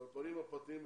באולפנים הפרטיים,